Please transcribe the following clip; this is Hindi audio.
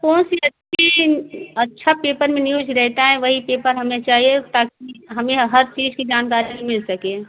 थोड़ी सी अच्छी अच्छा पेपर में न्यूज रहता है वही पेपर हमें चाहिए ताकि हमें हर चीज़ की जानकारी मिल सके